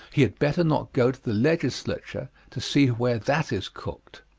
he had better not go to the legislature to see where that is cooked.